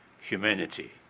humanity